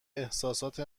احساسات